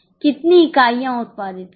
कितनी इकाइयां उत्पादित की हैं